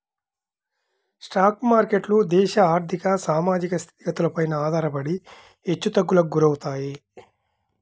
stock మార్కెట్లు దేశ ఆర్ధిక, సామాజిక స్థితిగతులపైన ఆధారపడి హెచ్చుతగ్గులకు గురవుతాయి